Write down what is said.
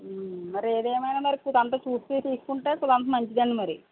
మరి ఏది ఏమైన మరి దానితో ఫ్రూట్స్ ఇవి తీసుకుంటే అంత మంచిది అండి మరి